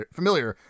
familiar